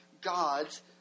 God's